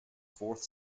fourth